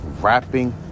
rapping